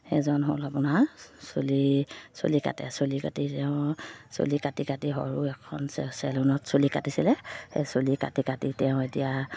সেইজন হ'ল আপোনাৰ চুলি চুলি কাটে চুলি কাটি তেওঁ চুলি কাটি কাটি সৰু এখন চে চেলুনত চুলি কাটিছিলে সেই চুলি কাটি কাটি তেওঁ এতিয়া